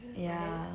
ya